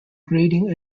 grading